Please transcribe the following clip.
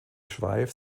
schweif